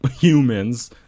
humans